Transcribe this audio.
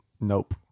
Nope